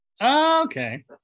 Okay